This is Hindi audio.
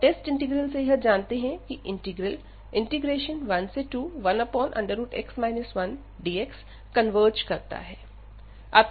हम टेस्ट इंटीग्रल से यह जानते हैं की इंटीग्रल 121x 1dx कन्वर्ज करता है